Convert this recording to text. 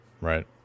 right